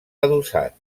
adossat